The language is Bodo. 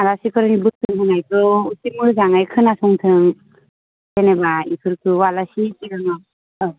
आलासिफोरनि बोसोन होनायखौ एसे मोजाङै खोनासंथों जेनेबा बेफोरखौ आलासि औ